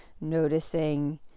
Noticing